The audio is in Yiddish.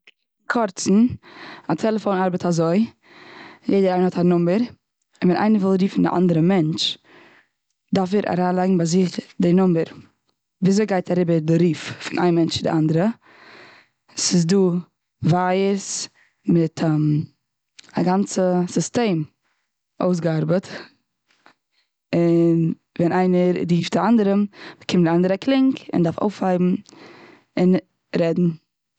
קורצן, א טעלעפאון ארבעט אזוי. יעדער אייינער האט א נומבער און ווען איינער וויל רופן די אנדערע מענטש, דארף ער אריינלייגן ביי זיך די נומבער. וויאזוי גייט אריבער די רוף פון איין מענטש ביז די אנדערע? ס'איז דא ווייערס מיט א גאנצע סיסטעם אויסגעארבעט. און, ווען איינער רופט די אנדערעם, באקומט די אנדערע א קלונג און מ'דארף אויפהייבן און רעדן.